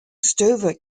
stover